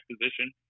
position